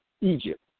Egypt